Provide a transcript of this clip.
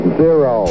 zero